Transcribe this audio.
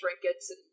trinkets